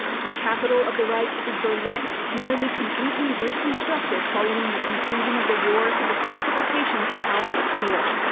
the capital of the reich is berlin, nearly completely reconstructed following the conclusion of the war to the specifications of albert speer.